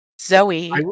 zoe